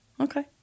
Okay